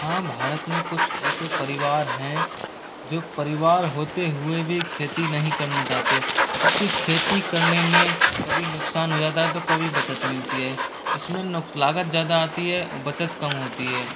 हाँ भारत में कुछ ऐसे परिवार हैं जो परिवार होते हुए भी खेती नहीं करना चाहते क्योंकि खेती करने में कभी नुकसान हो जाता है तो कभी बचत मिलती है इसमे नुक लागत ज़्यादा आती है बचत कम होती है